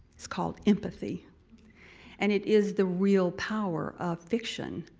it's called empathy and it is the real power of fiction,